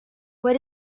what